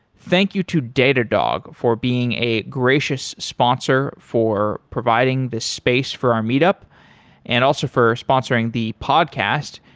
thank you to data dog for being a gracious sponsor for providing this space for our meetup and also for sponsoring the podcast.